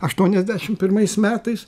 aštuoniasdešim pirmais metais